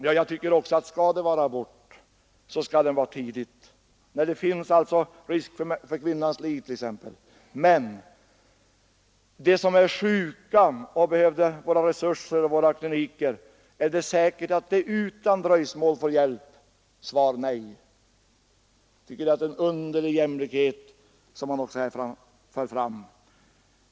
Ja, jag tycker också att skall det vara abort — t.ex. när det finns risk för kvinnans liv — skall den utföras tidigt. Men är det säkert att de som är sjuka och skulle behöva våra resurser och våra kliniker utan dröjsmål får hjälp? Svar: Nej! Jag tycker det är en underlig jämlikhet som man här för fram.